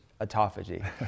autophagy